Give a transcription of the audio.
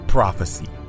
Prophecy